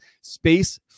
Space